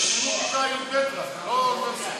בנקאיים וביטוחיים), התשע"ז 2017, לא נתקבלה.